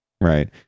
Right